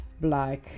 black